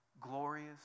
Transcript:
glorious